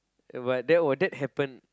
but that were that happen